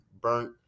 burnt